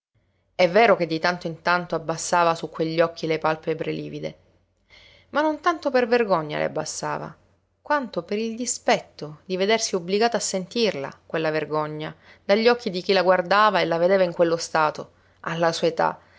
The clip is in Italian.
è vero che di tanto in tanto abbassava su quegli occhi le palpebre livide ma non tanto per vergogna le abbassava quanto per il dispetto di vedersi obbligata a sentirla quella vergogna dagli occhi di chi la guardava e la vedeva in quello stato alla sua età